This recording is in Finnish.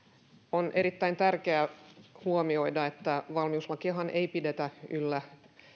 on erittäin tärkeää huomioida että valmiuslakiahan ei pidetä yllä